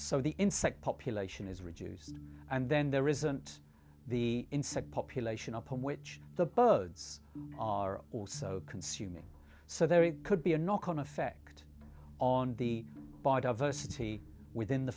so the insect population is reduced and then there isn't the insect population upon which the bode's are also consuming so there could be a knock on effect on the body of a city within the